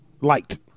liked